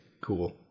cool